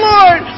Lord